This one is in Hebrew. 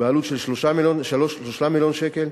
בעלות של 3 מיליון שקל,